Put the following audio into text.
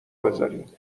بزارین